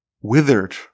withered